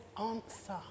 answer